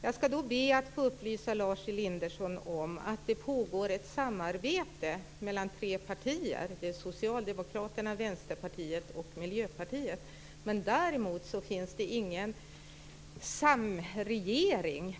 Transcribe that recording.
Jag ska då be att få upplysa Lars Elinderson om att det pågår ett samarbete mellan tre partier. Det är Socialdemokraterna, Vänsterpartiet och Miljöpartiet. Men däremot finns det ingen samregering.